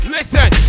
Listen